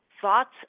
thoughts